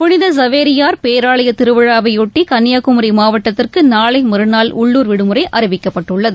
புனித சவேரியார் பேராவய திருவிழாவையொட்டி கன்னியாகுமரி மாவட்டத்திற்கு நாளை மறுநாள் உள்ளுர் விடுமுறை அறிவிக்கப்பட்டுள்ளது